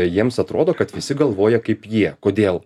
jiems atrodo kad visi galvoja kaip jie kodėl